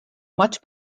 much